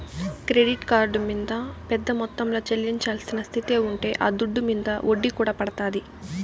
credit card మింద పెద్ద మొత్తంల చెల్లించాల్సిన స్తితే ఉంటే ఆ దుడ్డు మింద ఒడ్డీ కూడా పడతాది